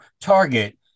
Target